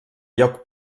lloc